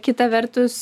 kita vertus